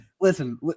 listen